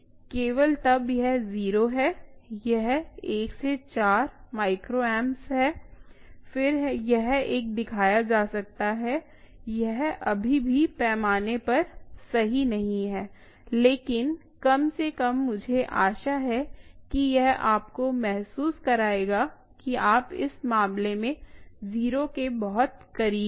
केवल तब यह 0 है यह 1 से 4 माइक्रो एम्प्स है फिर यह एक दिखाया जा सकता है यह अभी भी पैमाने पर सही नहीं है लेकिन कम से कम मुझे आशा है कि यह आपको महसूस कराएगा कि आप इस मामले में 0 के बहुत करीब हैं